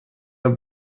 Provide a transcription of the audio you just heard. have